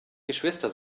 geschwister